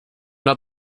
not